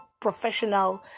Professional